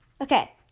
Okay